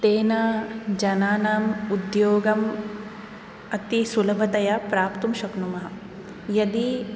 तेन जनानाम् उद्योगम् अतिसुलभतया प्राप्तुं शक्नुमः यदि